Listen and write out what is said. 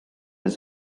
his